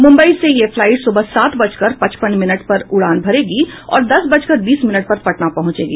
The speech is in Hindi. मुम्बई से यह फ्लाईट सुबह सात बजकर पचपन मिनट पर उड़ान भरेगी और दस बजकर बीस मिनट पर पटना पहुंचेगी